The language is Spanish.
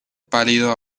pálido